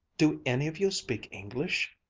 do any of you speak english?